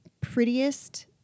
prettiest